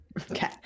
Okay